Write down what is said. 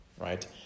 right